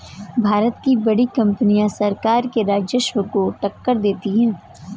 भारत की बड़ी कंपनियां सरकार के राजस्व को टक्कर देती हैं